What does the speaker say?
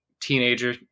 teenager